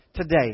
Today